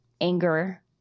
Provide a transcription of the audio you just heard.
anger